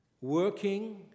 working